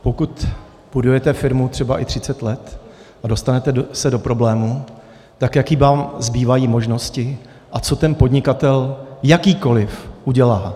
Pokud budujete firmu, třeba i 30 let, a dostanete se do problémů, tak jaké vám zbývají možnosti a co ten podnikatel jakýkoliv udělá?